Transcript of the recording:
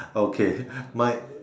okay my